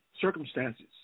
circumstances